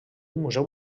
museu